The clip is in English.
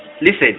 Listen